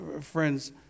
Friends